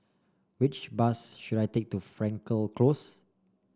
which bus should I take to Frankel Close